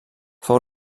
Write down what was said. fou